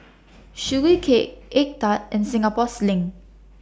Sugee Cake Egg Tart and Singapore Sling